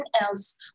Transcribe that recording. else